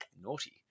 Naughty